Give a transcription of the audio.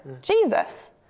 Jesus